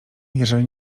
jeżeli